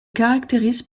caractérise